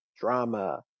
drama